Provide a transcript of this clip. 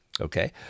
okay